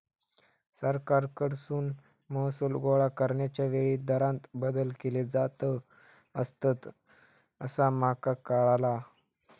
सरकारकडसून महसूल गोळा करण्याच्या वेळी दरांत बदल केले जात असतंत, असा माका कळाला